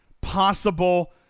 possible